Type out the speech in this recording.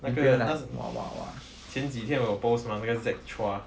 那个前几天我有 post mah 那个 zac chua